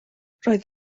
roedd